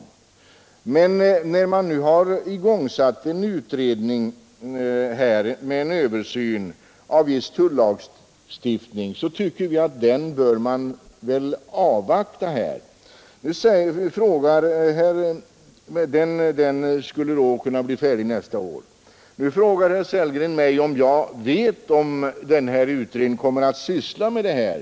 Men när det nu har igångsatts en utredning för att göra en översyn av viss tullagstiftning tycker vi att man bör avvakta den, och den skulle då kunna bli färdig nästa år. Nu frågar herr Sellgren mig om jag vet huruvida den här utredningen kommer att syssla med denna fråga.